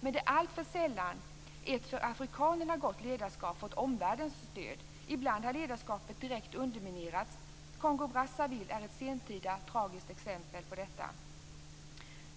Men det är alltför sällan ett för afrikanerna gott ledarskap har fått omvärldens stöd. Ibland har ledarskapet direkt underminerats. Kongo-Brazzaville är ett sentida tragiskt exempel på detta.